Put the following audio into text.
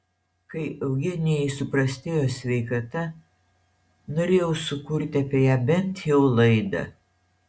kai eugenijai suprastėjo sveikata norėjau sukurti apie ją bent jau laidą